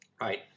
right